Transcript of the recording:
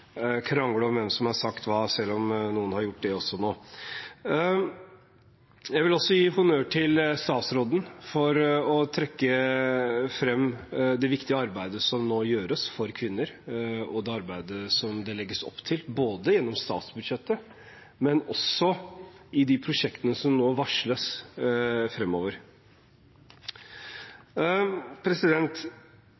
krangle om hvem som har sagt hva, selv om noen har gjort det også nå. Jeg vil også gi honnør til statsråden for å trekke fram det viktige arbeidet som nå gjøres for kvinner, og det arbeidet som det legges opp til gjennom statsbudsjettet, men også i de prosjektene som nå varsles